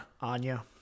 Anya